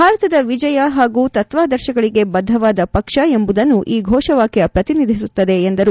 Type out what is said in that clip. ಭಾರತದ ವಿಜಯ ಹಾಗೂ ತತ್ವಾದರ್ಶಗಳಿಗೆ ಬದ್ದವಾದ ಪಕ್ಷ ಎಂಬುದನ್ನು ಈ ಘೋಷವಾಕ್ಕ ಪ್ರತಿನಿಧಿಸುತ್ತದೆ ಎಂದರು